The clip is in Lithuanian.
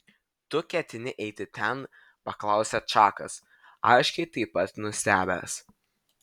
tu ketini eiti ten paklausė čakas aiškiai taip pat nustebęs